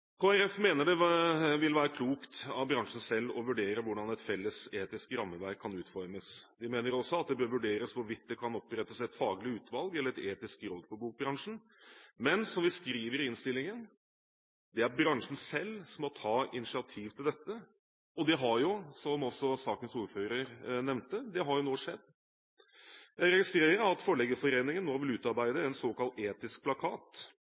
mener det vil være klokt av bransjen selv å vurdere hvordan et felles etisk rammeverk kan utformes. Vi mener også at det bør vurderes hvorvidt det kan opprettes et faglig utvalg eller et etisk råd for bokbransjen. Men, som vi skriver i innstillingen, det er bransjen selv som må ta initiativ til dette, og det har jo nå skjedd, som også sakens ordfører nevnte. Jeg registrerer at Forleggerforeningen nå vil utarbeide en såkalt etisk plakat.